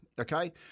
Okay